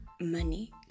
money